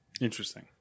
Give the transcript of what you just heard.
Interesting